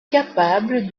capable